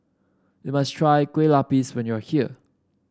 you must try Kueh Lapis when you are here